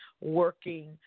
working